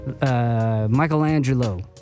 Michelangelo